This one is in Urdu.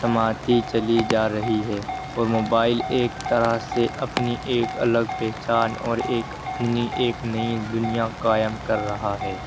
سماتی چلی جا رہی ہے اور موبائل ایک طرح سے اپنی ایک الگ پہچان اور ایک ایک نئی دنیا قائم کر رہا ہے